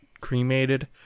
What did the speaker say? cremated